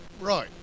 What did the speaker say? right